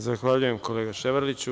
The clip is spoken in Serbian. Zahvaljujem, kolega Ševarliću.